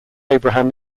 abraham